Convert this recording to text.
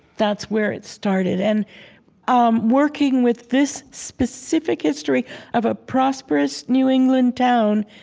that's where it started. and um working with this specific history of a prosperous new england town,